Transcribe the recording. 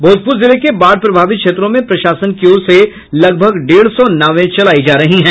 भोजपुर जिले के बाढ़ प्रभावित क्षेत्रों में प्रशासन की ओर से लगभग डेढ़ सौ नावें चलायी जा रही है